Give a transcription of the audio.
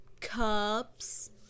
Cups